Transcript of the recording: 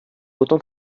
autant